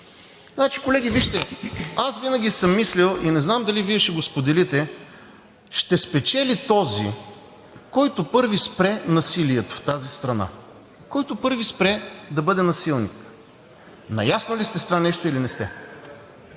беше! Колеги, вижте, аз винаги съм мислел и не знам дали Вие ще го споделите – ще спечели този, който първи спре насилието в тази страна, който първи спре да бъде насилник. Наясно ли сте с това нещо, или не сте?